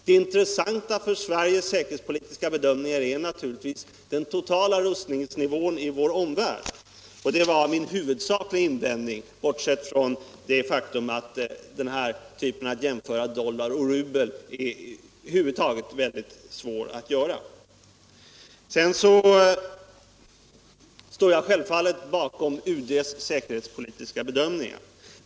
Det intressanta för Sveriges säkerhetspolitiska bedömningar är naturligtvis den totala rustningsnivån i vår omvärld, och det var min huvudsakliga invändning, bortsett från synpunkten att det är mycket svårt att göra jämförelser mellan dollar och rubel. Jag står självfallet bakom UD:s säkerhetspolitiska bedömningar.